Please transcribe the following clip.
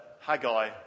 Haggai